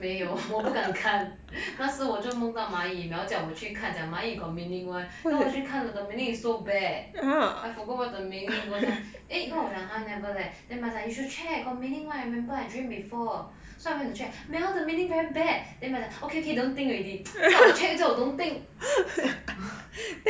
没有我不敢看那时我就梦到蚂蚁 mel 叫我去看讲蚂蚁 got meaning [one] then 我去看 the meaning was so bad I forgot what's the meaning 我讲 eh 跟我讲 !huh! never leh then mel say you should go check got meaning [one] I remember I got dream before so I went to check mel the meaning very bad then mel 讲 okay K don't think already 叫我 check 又叫我 don't think